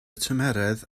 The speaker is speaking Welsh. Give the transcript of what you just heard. tymheredd